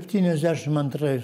septyniasdešim antrais